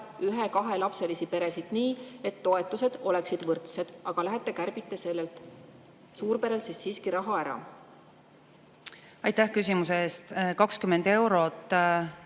ja kahelapselisi peresid nii, et toetused oleksid võrdsed, aga lähete kärbite sellelt suurperelt raha ära? Aitäh küsimuse eest! 20 eurot